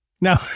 No